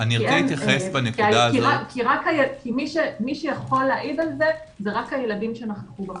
כי מי שיכול להעיד על זה זה רק הילדים שנכחו במקום.